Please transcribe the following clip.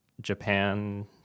Japan